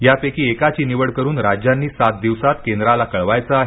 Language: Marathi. यापैकी एकाची निवड करुन राज्यांनी सात दिवसांत केंद्राला कळवायचं आहे